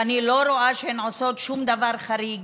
ואני לא רואה שהן עושות שום דבר חריג,